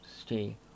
stay